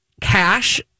cash